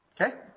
Okay